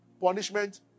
Punishment